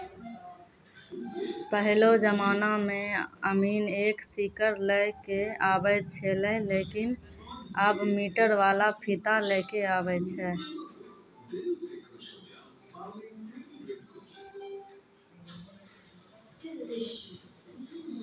पहेलो जमाना मॅ अमीन एक सीकड़ लै क आबै छेलै लेकिन आबॅ मीटर वाला फीता लै कॅ आबै छै